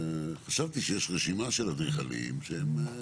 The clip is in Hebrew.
חשבתי שיש רשימה של אדריכלים שהם.